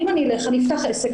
אם אני אפתח עסק,